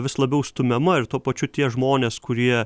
vis labiau stumiama ir tuo pačiu tie žmonės kurie